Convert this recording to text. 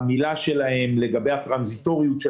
האמירה שלהם לגבי הטרנזיטוריות של